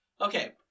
Okay